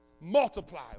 Multiply